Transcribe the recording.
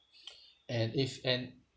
and if an